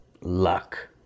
luck